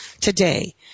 today